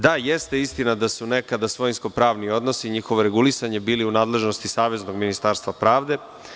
Da, jeste istina da su nekada svojinsko-pravni odnosi i njihovo regulisanje bili u nadležnosti saveznog Ministarstva pravde.